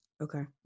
Okay